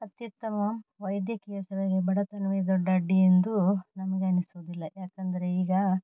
ಅತ್ಯುತ್ತಮ ವೈದ್ಯಕೀಯ ಸೇವೆಗೆ ಬಡತನವೇ ದೊಡ್ಡ ಅಡ್ಡಿಯೆಂದು ನಮಗೆ ಅನಿಸುವುದಿಲ್ಲ ಯಾಕೆಂದ್ರೆ ಈಗ